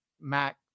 Mac